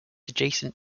adjacent